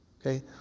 Okay